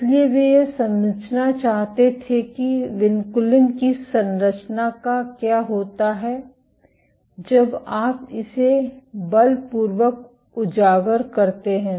इसलिए वे यह समझना चाहते थे कि विनकुलिन की संरचना का क्या होता है जब आप इसे बलपूर्वक उजागर करते हैं